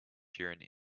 during